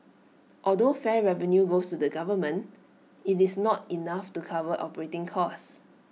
although fare revenue goes to the government IT is not enough to cover operating costs